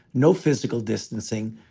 no physical distancing.